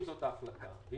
אם תהיה החלטה